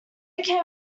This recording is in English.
became